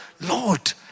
Lord